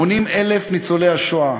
80,000 ניצולי השואה